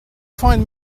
find